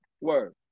word